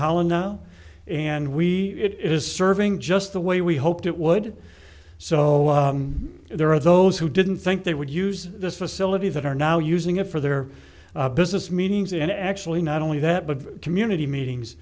holland now and we it is serving just the way we hoped it would so there are those who didn't think they would use this facility that are now using it for their business meetings and actually not only that but community meetings